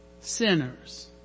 sinners